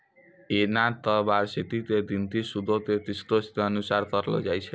एना त वार्षिकी के गिनती सूदो के किस्तो के अनुसार करलो जाय छै